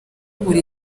buri